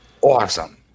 awesome